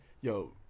Yo